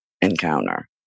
encounter